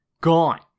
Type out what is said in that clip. Gone